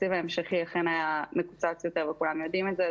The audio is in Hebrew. התקציב ההמשכי אכן היה מקוצץ, וכולם יודעים את זה.